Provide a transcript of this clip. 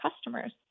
customers